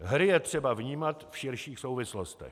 Hry je třeba vnímat v širších souvislostech.